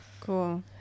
cool